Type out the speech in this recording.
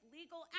legal